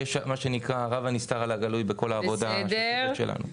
רב הנסתר על הגלוי בכל העבודה השוטפת שלנו.